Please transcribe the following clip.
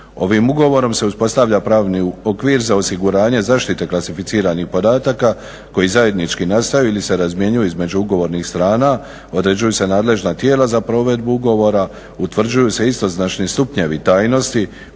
Ovim ugovorom se uspostavlja pravni okvir za osiguranje zaštite klasificiranih podataka koji zajednički nastaju ili se razmjenjuju između ugovornih strana, određuju se nadležna tijela za provedbu ugovora, utvrđuju se istoznačni stupnjevi tajnosti,